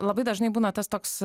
labai dažnai būna tas toks